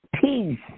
peace